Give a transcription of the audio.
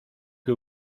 que